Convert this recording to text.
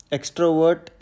Extrovert